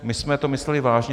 My jsme to mysleli vážně.